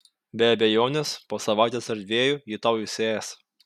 be abejonės po savaitės ar dviejų ji tau įsiės